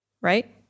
Right